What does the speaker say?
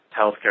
healthcare